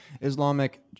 Islamic